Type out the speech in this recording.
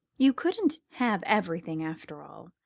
you couldn't have everything, after all.